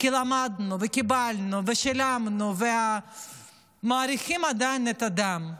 כי למדנו וקיבלנו ושילמנו ועדיין מעריכים את הדם.